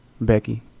Becky